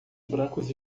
brancos